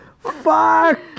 Fuck